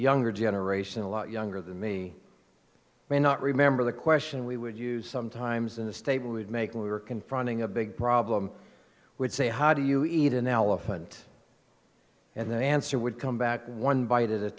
younger generation a lot younger than me may not remember the question we would use sometimes in a state we'd make when we were confronting a big problem would say how do you eat an elephant and then answer would come back one bite at a